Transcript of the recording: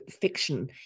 Fiction